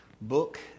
book